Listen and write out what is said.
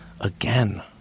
again